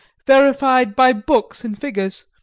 verified by books and figures,